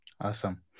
Awesome